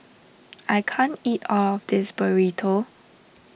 I can't eat all of this Burrito